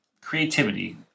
creativity